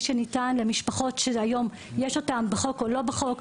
שניתן למשפחות שיש אותן היום בחוק או לא בחוק.